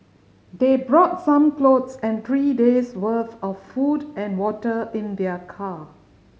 they brought some clothes and three days' worth of food and water in their car